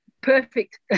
perfect